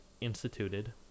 instituted